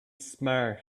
smart